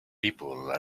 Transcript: people